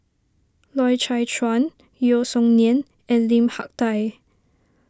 Loy Chye Chuan Yeo Song Nian and Lim Hak Tai